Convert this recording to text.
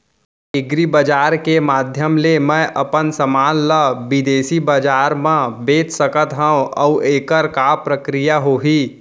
का एग्रीबजार के माधयम ले मैं अपन समान ला बिदेसी बजार मा बेच सकत हव अऊ एखर का प्रक्रिया होही?